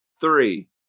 Three